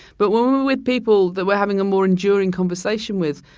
but when we're with people that we're having a more enduring conversation with,